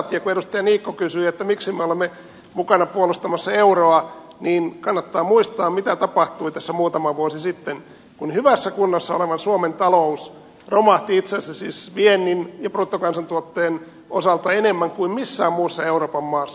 ja kun edustaja niikko kysyi miksi me olemme mukana puolustamassa euroa niin kannattaa muistaa mitä tapahtui tässä muutama vuosi sitten kun hyvässä kunnossa olevan suomen talous romahti itse asiassa viennin ja bruttokansantuotteen osalta enemmän kuin missään muussa euroopan maassa